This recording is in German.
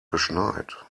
geschneit